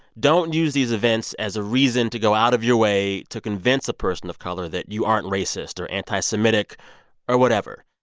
don't use these events as a reason to go out of your way to convince a person of color that you aren't racist or anti-semitic or whatever.